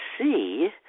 see